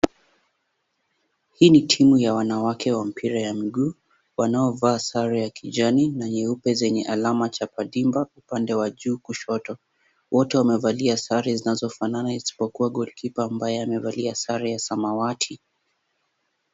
Hii ni timu ya wanawake wa mpira wa miguu wanaovaa sare ya kijani na nyeupe zenye alama Chapa dimba upande wa juu kushoto, wote wamevalia sare zinazofanana isipokuwa golikipa ambaye amevalia sare ya samawati.